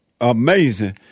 Amazing